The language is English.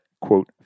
quote